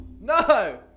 No